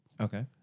Okay